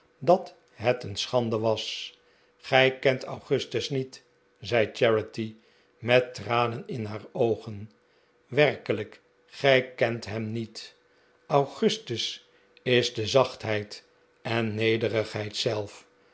dat het een schande was gij kent augustus niet zei charity met tranen in haar oogen werkelijk gij kent hem niet augustus is de zachtheid en nederigheid zelf